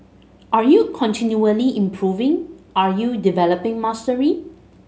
are you continually improving are you developing mastery